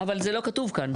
אבל, זה לא כתוב כאן.